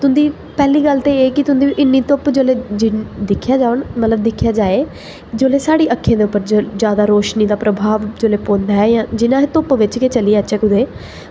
तुं'दी पैह्ली गल्ल ते एह् ऐ कि तुं'दी इ'न्नी धुप्प जेल्लै दिक्खेआ जाए जेल्लै साढ़ी अक्खीं दे उप्पर जादा रोशनी दा प्रभाव जेल्लै पौंदा ऐ जि'यां अस धुप्प बिच गै चली जाचै कुदै